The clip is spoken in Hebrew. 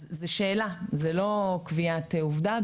אז זו שאלה, זו לא קביעת עובדה.